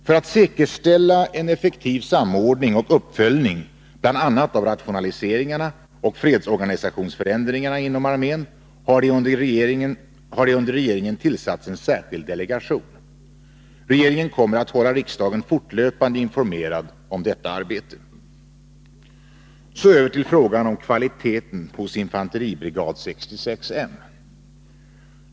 För att säkerställa en effektiv samordning och uppföljning bl.a. av Nr 127 rationaliseringarna och fredsorganisationsförändringarna inom armén har Fredagen den 22 det under regeringen tillsatts en särskild delegation. Regeringen kommer att april 1983 hålla riksdagen fortlöpande informerad om detta arbete. Så över till frågan om kvaliteten hos infanteribrigad 66 M.